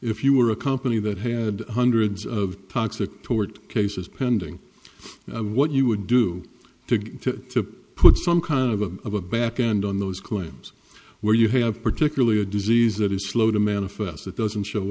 if you were a company that had hundreds of parts that toward cases pending what you would do to get to put some kind of a of a back end on those claims where you have particularly a disease that is slow to manifest it doesn't show